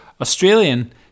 Australian